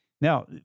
Now